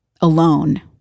alone